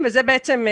בעצם,